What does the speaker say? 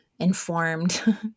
informed